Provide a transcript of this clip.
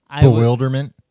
Bewilderment